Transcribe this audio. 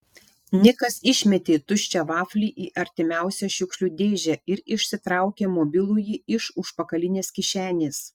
nikas išmetė tuščią vaflį į artimiausią šiukšlių dėžę ir išsitraukė mobilųjį iš užpakalinės kišenės